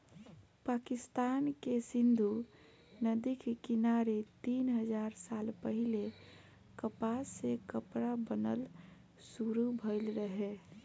पाकिस्तान के सिंधु नदी के किनारे तीन हजार साल पहिले कपास से कपड़ा बनल शुरू भइल रहे